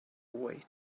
wait